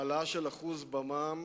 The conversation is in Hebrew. העלאה של 1% במע"מ